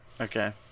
okay